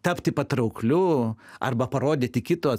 tapti patraukliu arba parodyti kito